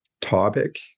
topic